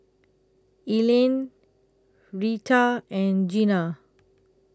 Evelyne Rheta and Jenna